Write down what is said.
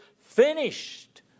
finished